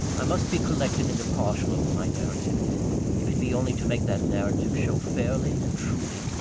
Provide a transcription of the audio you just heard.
i must be collected and impartial over my narrative if it be only to make that narrative show fairly and truly,